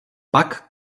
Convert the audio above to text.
pak